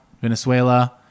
Venezuela